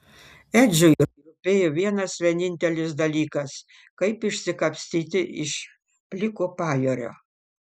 edžiui rūpėjo vienas vienintelis dalykas kaip išsikapstyti iš pliko pajūrio